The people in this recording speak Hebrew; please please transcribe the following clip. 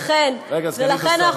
ולכן,